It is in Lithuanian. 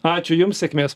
ačiū jums sėkmės